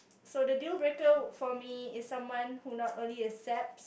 so the deal breaker for me is someone who not only accept